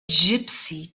gypsy